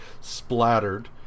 splattered